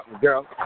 girl